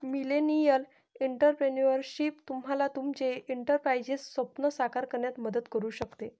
millennial entrepreneurship तुम्हाला तुमचे एंटरप्राइझचे स्वप्न साकार करण्यात मदत करू शकते